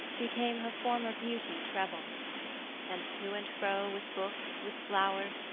became her former beauty treble and to and fro with books, with flowers,